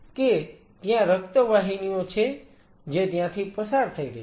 કે ત્યાં રક્ત વાહિનીઓ છે જે ત્યાંથી પસાર થઈ રહી છે